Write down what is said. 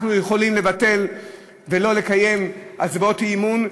אנחנו יכולים לבטל ולא לקיים הצבעות אי-אמון,